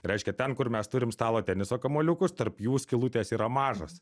reiškia ten kur mes turim stalo teniso kamuoliukus tarp jų skylutės yra mažos